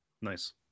Nice